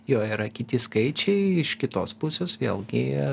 jo yra kiti skaičiai iš kitos pusės vėlgi